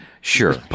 Sure